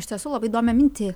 iš tiesų labai įdomią mintį